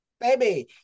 baby